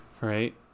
right